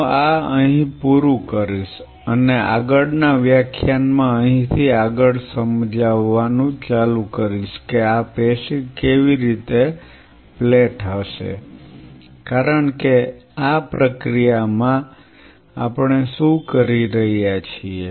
હું આ અહીં પૂરું કરીશ અને આગળના વ્યાખ્યાન માં અહીંથી આગળ સમજાવવાનું ચાલુ કરીશું કે આ પેશી કેવી રીતે પ્લેટ હશે કારણ કે આ પ્રક્રિયામાં આપણે શું કરી રહ્યા છીએ